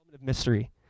mystery